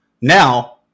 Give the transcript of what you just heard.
Now